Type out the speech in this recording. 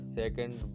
second